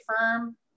firm